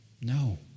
No